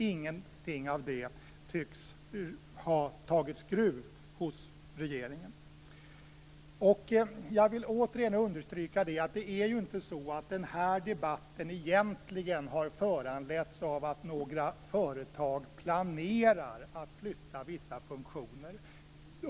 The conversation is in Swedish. Ingenting av det tycks ha tagit skruv hos regeringen. Jag vill återigen understryka att den här debatten egentligen inte har föranletts av att några företag planerar att flytta vissa funktioner.